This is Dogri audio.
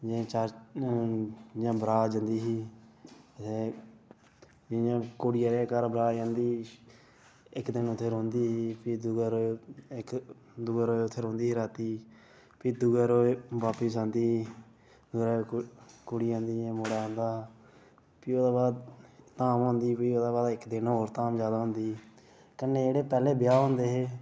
जि'यां चार जि'यां बरात जंदी ही ते जि'यां कुड़ी आह्लें दे घर बरात जंदी ही इक दिन उत्थै रौंह्दी ही फ्ही दूए रोज इक दूए रोज उत्थै रौंह्दी ही राती फ्ही दूए रोज वापस औंदी ही दूए रोज कुड़ी औंदी ही मुड़ा औंदा हा फ्ही ओह्दे बाद धाम होंदी ही फ्ही ओह्दे बाद इक दिन होर धाम जादा होंदी ही कन्नै जेह्ड़े पैह्ले ब्याह् होंदे हे